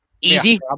Easy